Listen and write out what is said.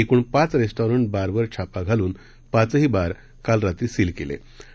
एकूण पाच रेस्टरिट बारवर छापा घालून पाचही बार काल रात्री सील केले आहेत